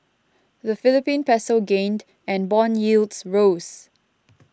the Philippine Peso gained and bond yields rose